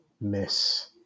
miss